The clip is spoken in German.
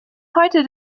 heute